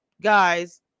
guys